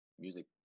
music